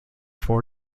four